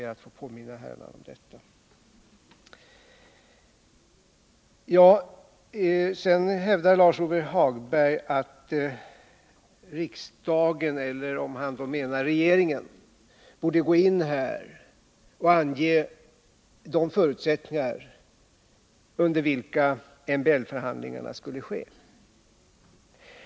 Lars-Ove Hagberg hävdar att riksdagen — eller om han då menar regeringen — borde ange de förutsättningar under vilka MBL-förhandlingarna skall ske.